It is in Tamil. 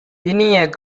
இனிய